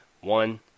one